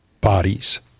bodies